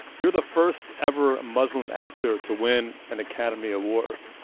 you're the first-ever muslim actor to win an academy award.